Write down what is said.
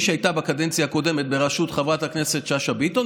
כפי שהייתה בקדנציה הקודמת בראשות חברת הכנסת שאשא ביטון,